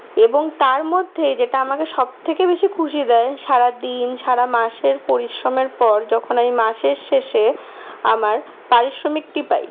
এবং তার মধ্যেই যেটা আমাকে সবথেকে বেশি খুশি দেয় সারাদিন সারা মাসের পরিশ্রমের পর যখন আমি মাসের শেষে আমার পারিশ্রমিকটি পাই